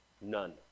None